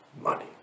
money